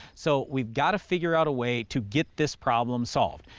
so, we've got to figure out a way to get this problem solved.